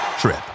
trip